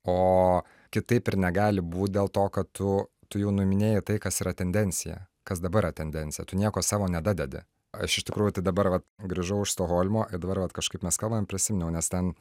o kitaip ir negali būt dėl to kad tu tu jau nuiminėji tai kas yra tendencija kas dabar yra tendencija tu nieko savo nedadedi aš iš tikrųjų tai dabar vat grįžau iš stokholmo ir dabar vat kažkaip mes kalbam prisiminiau nes ten